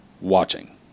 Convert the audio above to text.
Watching